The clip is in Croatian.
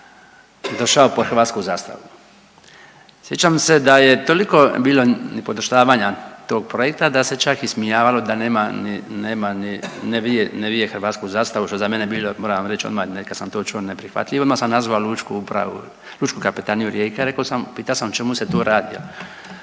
došao pod hrvatsku zastavu. Sjećam se da je toliko bilo nepodržavanja tog projekta da se čak ismijavalo da nema ni, nema ni, ne vije, ne vije hrvatsku zastavu što je za mene bilo moram reći odmah kad sam to čuo neprihvatljivo i odmah sam nazvao lučku upravu, Lučku kapetaniju Rijeka i rekao sam, pitao sam o čemu se tu radi.